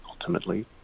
ultimately